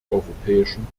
europäischen